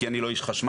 כי אני לא איש חשמל.